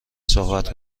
صحبت